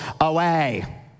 away